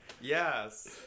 yes